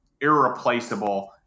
irreplaceable